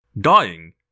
Dying